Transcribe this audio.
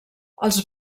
els